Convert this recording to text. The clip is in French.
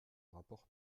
rapporte